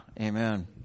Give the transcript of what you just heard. amen